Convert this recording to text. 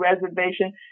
reservation